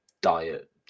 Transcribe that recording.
diet